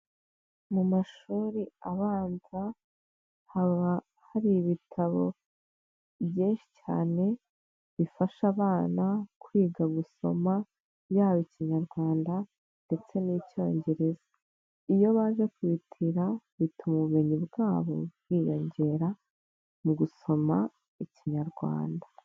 Mu mashuri abanza haba hari ibitabo byinshi cyane, bifasha abana kwiga gusoma yaba ikinyarwanda ndetse n'icyongereza. Iyo baje kubitira bituma ubumenyi bwabo bwiyongera mu gusoma ikinyarwanda.